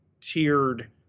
tiered